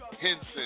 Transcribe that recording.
Henson